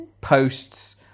posts